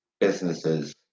businesses